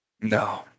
No